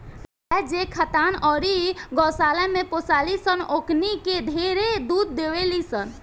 गाय जे खटाल अउरी गौशाला में पोसाली सन ओकनी के ढेरे दूध देवेली सन